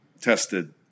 tested